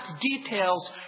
details